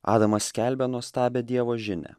adamas skelbia nuostabią dievo žinią